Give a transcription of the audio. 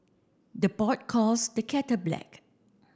the pot calls the kettle black